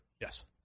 Yes